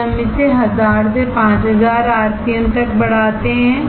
फिर हम इसे 1000 से 5000 आरपीएम तक बढ़ाते हैं